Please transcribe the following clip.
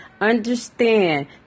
Understand